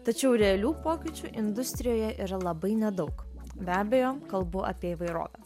tačiau realių pokyčių industrijoje yra labai nedaug be abejo kalbu apie įvairovę